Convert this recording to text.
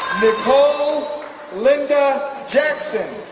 nicole linda jackson,